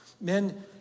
Men